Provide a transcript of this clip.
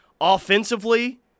offensively